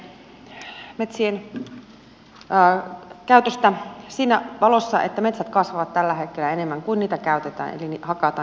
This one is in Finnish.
jatkan vielä metsien käytöstä siinä valossa että metsät kasvavat tällä hetkellä enemmän kuin niitä käytetään eli hakataan